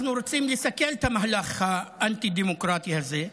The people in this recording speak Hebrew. אנחנו רוצים לסכל את המהלך האנטי-דמוקרטי הזה.